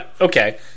okay